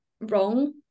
wrong